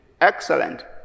Excellent